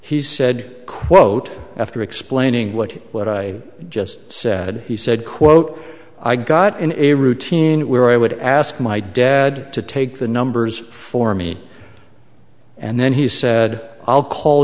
he said quote after explaining what what i just said he said quote i got in a routine where i would ask my dad to take the numbers for me and then he said i'll call